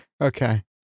Okay